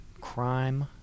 crime